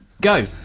go